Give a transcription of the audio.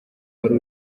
wari